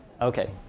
Okay